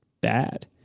bad